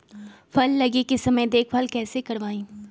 फल लगे के समय देखभाल कैसे करवाई?